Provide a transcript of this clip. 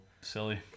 silly